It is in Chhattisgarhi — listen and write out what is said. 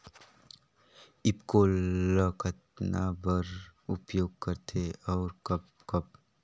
ईफको ल कतना बर उपयोग करथे और कब कब?